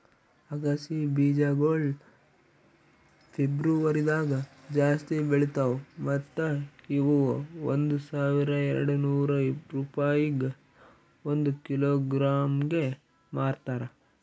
ಅಗಸಿ ಬೀಜಗೊಳ್ ಫೆಬ್ರುವರಿದಾಗ್ ಜಾಸ್ತಿ ಬೆಳಿತಾವ್ ಮತ್ತ ಇವು ಒಂದ್ ಸಾವಿರ ಎರಡನೂರು ರೂಪಾಯಿಗ್ ಒಂದ್ ಕಿಲೋಗ್ರಾಂಗೆ ಮಾರ್ತಾರ